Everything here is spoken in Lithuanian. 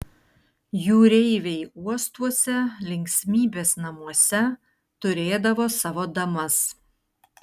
jūreiviai uostuose linksmybės namuose turėdavo savo damas